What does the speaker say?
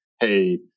hey